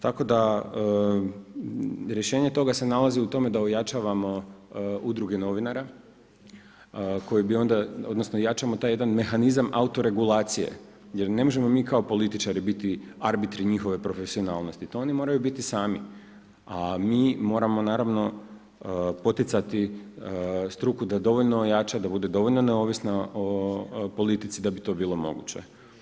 Tako da rješenje toga se nalazi u tome da se ojačavamo udruge novinara odnosno jačamo taj jedan mehanizam autoregulacije jel ne možemo mi kao političari biti arbitri njihove profesionalnosti, to oni moraju biti sami, a mi moramo poticati struku da dovoljno ojača, da bude dovoljno neovisna o politici da bi to bilo moguće.